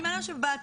אני מאמינה שבעתיד,